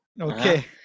okay